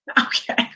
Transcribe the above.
okay